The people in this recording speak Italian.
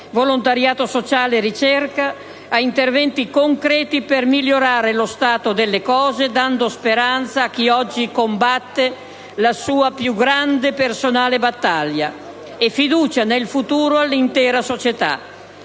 volontariato sociale e ricerca) a interventi concreti per migliorare lo stato delle cose dando speranza a chi oggi combatte la sua più grande personale battaglia e fiducia nel futuro all'intera società.